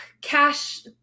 cash